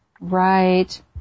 Right